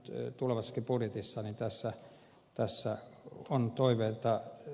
nyt tulevassakin budjetissa tässä on toiveita